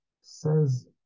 says